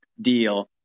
deal